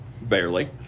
barely